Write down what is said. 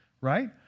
right